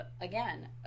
again